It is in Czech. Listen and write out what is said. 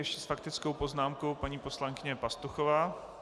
Ještě s faktickou poznámkou paní poslankyně Pastuchová.